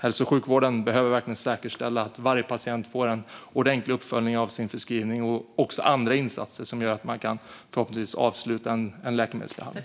Hälso och sjukvården behöver säkerställa att varje patient får en ordentlig uppföljning av sin förskrivning och andra insatser så att man förhoppningsvis kan avsluta en läkemedelsbehandling.